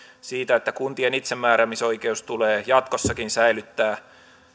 siitä että kuntien itsemääräämisoikeus tulee jatkossakin säilyttää